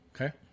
Okay